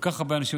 כל כך הרבה אנשים,